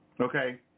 Okay